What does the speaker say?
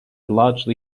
largely